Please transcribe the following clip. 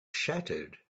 shattered